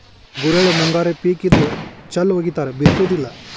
ಗುರೆಳ್ಳು ಮುಂಗಾರಿ ಪಿಕ್ ಇದ್ದ ಚಲ್ ವಗಿತಾರ ಬಿತ್ತುದಿಲ್ಲಾ